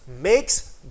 makes